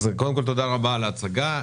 קודם כל תודה רבה על ההצגה.